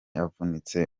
avunitse